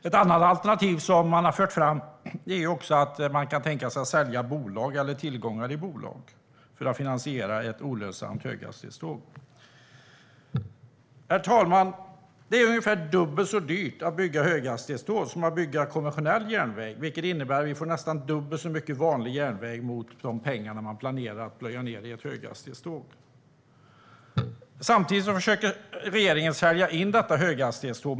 Ett annat alternativ som har förts fram är att man kan tänka sig att sälja bolag eller tillgångar i bolag för att finansiera ett olönsamt höghastighetståg. Herr talman! Det är ungefär dubbelt så dyrt att bygga höghastighetståg som att bygga konventionell järnväg, vilket innebär att vi får nästan dubbelt så mycket vanlig järnväg för de pengar man planerar att plöja ned i ett höghastighetståg. Samtidigt försöker regeringen att sälja in detta höghastighetståg.